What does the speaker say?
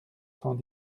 cent